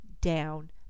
down